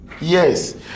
Yes